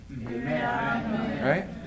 Right